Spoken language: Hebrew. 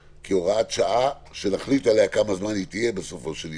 כהוראת שעה שנחליט כמה זמן היא תהיה בסופו של יום,